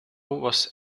was